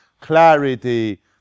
clarity